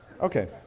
Okay